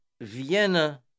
Vienna